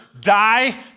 die